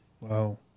Wow